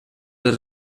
les